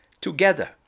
together